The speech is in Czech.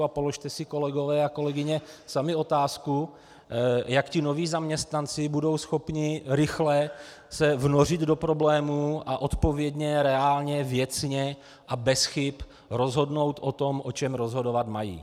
A položte si, kolegyně a kolegové, sami otázku, jak tito noví zaměstnanci budou schopni rychle se vnořit do problémů a odpovědně, reálně, věcně a bez chyb rozhodnout o tom, o čem rozhodovat mají.